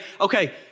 okay